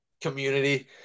community